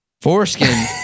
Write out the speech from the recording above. foreskin